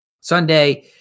Sunday